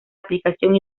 aplicación